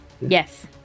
Yes